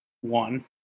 One